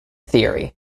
thierry